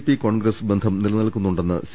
P Congress ബന്ധം നിലനിൽക്കുന്നുണ്ടെന്ന് C